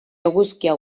eguzkia